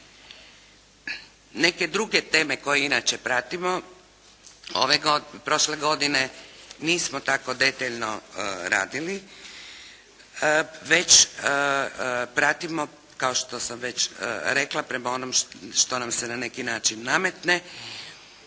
Neke druge teme koje inače pratimo prošle godine nismo tako detaljno radili, već pratimo kao što sam već rekla prema onome što nam se na neki način nametne